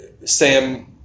Sam